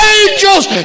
angels